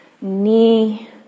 knee